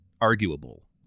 arguable